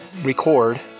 record